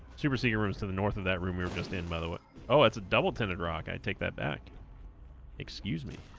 super seeking rooms to the north of that room we were just and mother what oh it's a double tinted rock i take that back excuse me